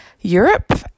Europe